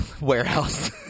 warehouse